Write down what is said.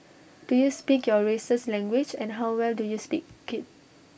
do you speak your race's language and how well do you speak IT